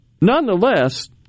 nonetheless